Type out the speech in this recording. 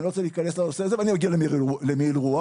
אני לא רוצה להיכנס לנושא הזה ואני אגיע למעיל רוח.